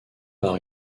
par